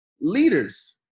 leaders